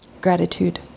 gratitude